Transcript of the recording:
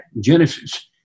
Genesis